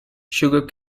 sugar